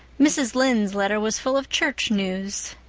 mrs. lynde's letter was full of church news.